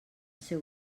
seu